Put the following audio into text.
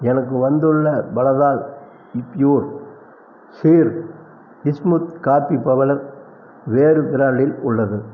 எனக்கு வந்துள்ள பலதா pure sheer smooth coffee powder வேறு பிராண்டில் உள்ளது